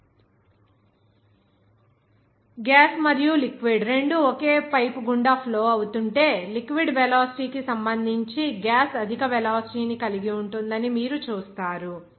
urg l uig ud u sg g u sl1 g gas మరియు liquid రెండూ ఒకే pipe గుండా flow అవుతుంటే లిక్విడ్ వెలాసిటీ కి సంబంధించి గ్యాస్ అధిక వెలాసిటీ ని కలిగి ఉంటుందని మీరు చూస్తారు